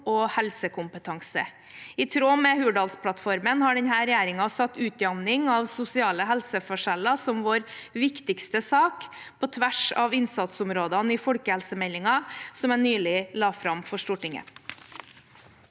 og helsekompetanse. I tråd med Hurdalsplattformen har denne regjeringen satt utjevning av sosiale helseforskjeller som sin viktigste sak, på tvers av innsatsområdene i folkehelsemeldingen, som jeg nylig la fram for Stortinget.